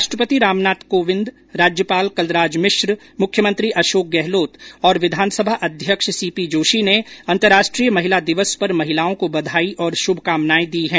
राष्ट्रपति रामनाथ कोविंद राज्यपाल कलराज मिश्र मुख्यमंत्री अशोक गहलोत और विधानसभा अध्यक्ष सीपी जोशी ने अंतर्राष्ट्रीय महिला दिवस पर महिलाओं को बधाई और श्भकामनायें दी है